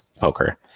poker